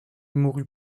mourut